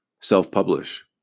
self-publish